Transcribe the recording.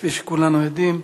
כפי שכולנו יודעים,